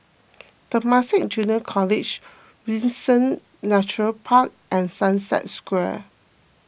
Temasek Junior College Windsor Nature Park and Sunset Square